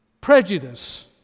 Prejudice